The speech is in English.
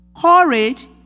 Courage